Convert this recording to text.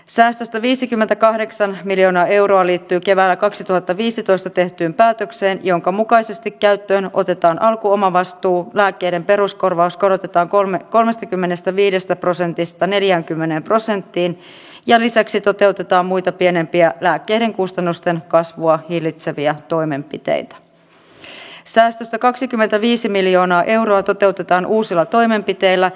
säästöstä viisikymmentäkahdeksan miljoonaa euroa liittyy keväällä kaksituhattaviisitoista tehtyyn päätökseen jonka mukaisesti käyttöön otetaan alkuomavastuu lääkkeiden mehän täällä salissa kyllä toivomme että työtä ja verotuloja olisi tässä maassa hieman enemmän jotta sitten voisimme sitä paremmilla mielin jakaakin